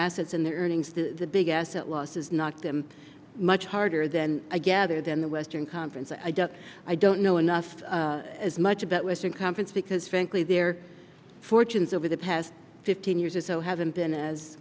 earnings the big asset losses knock them much harder than i gather than the western conference i don't i don't know enough as much about western conference because frankly their fortunes over the past fifteen years or so hasn't been as